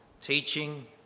teaching